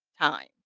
time